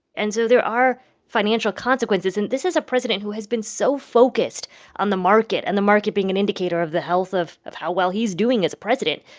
and so there are financial consequences. and this is a president who has been so focused on the market and the market being an indicator of the health of of how well he's doing as a president.